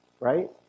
Right